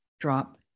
drop